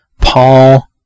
Paul